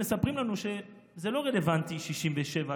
הם מספרים לנו שזה לא רלוונטי 67',